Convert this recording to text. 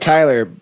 Tyler